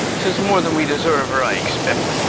tis more than we deserve or i expect.